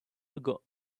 ago